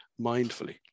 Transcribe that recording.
mindfully